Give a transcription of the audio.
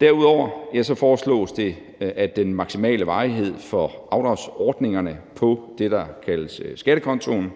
Derudover foreslås det, at den maksimale varighed for afdragsordningerne på det, der kaldes skattekontoen,